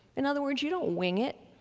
in other words, you don't wing it.